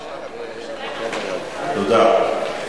תודה.